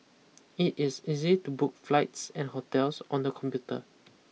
it is easy to book flights and hotels on the computer